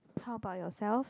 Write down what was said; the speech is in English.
how about yourself